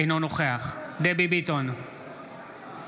אינו נוכח דוד ביטן,